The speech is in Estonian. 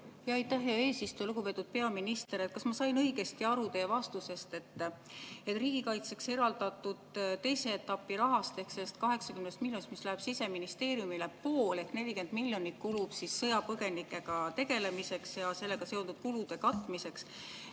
Aitäh, hea eesistuja! Lugupeetud peaminister! Kas ma sain õigesti aru teie vastusest, et riigikaitseks eraldatud teise etapi rahast ehk sellest 80 miljonist, mis läheb Siseministeeriumile, pool ehk 40 miljonit kulub sõjapõgenikega tegelemiseks ja sellega seotud kulude katmiseks?